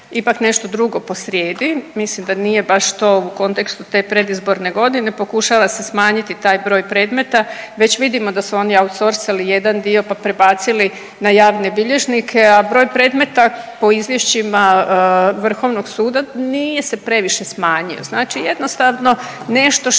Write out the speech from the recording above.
ipak nešto drugo posrijedi, mislim da nije baš to u kontekstu te predizborne godine, pokušava se smanjiti taj broj predmeta, već vidimo da su oni „autsorsali“ jedan dio pa prebacili na javne bilježnike, a broj predmeta po izvješćima Vrhovnog suda nije se previše smanjio. Znači jednostavno nešto